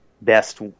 best